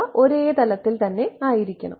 അവ ഒരേ തലത്തിൽ തന്നെ ആയിരിക്കണം